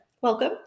welcome